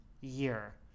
year